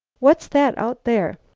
what's that out there?